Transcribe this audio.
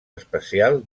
especial